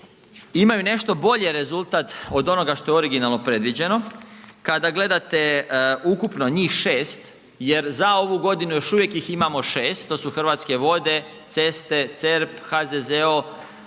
imaju nešto bolji rezultat od onoga što je originalno predviđeno. Kada gledate ukupno njih 6 jer za ovu godinu još uvijek ih imamo 6, to su Hrvatske vode, ceste, CERP, HZZO,